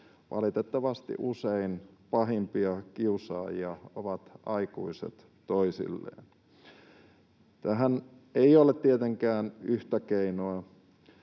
Valitettavasti usein pahimpia kiusaajia ovat aikuiset toisilleen. Tähän ei ole tietenkään yhtä keinoa.